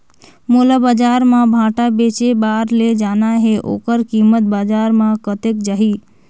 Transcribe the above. मोला बजार मां भांटा बेचे बार ले जाना हे ओकर कीमत बजार मां कतेक जाही?